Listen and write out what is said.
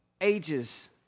ages